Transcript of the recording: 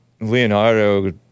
Leonardo